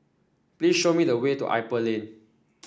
please show me the way to Ipoh Lane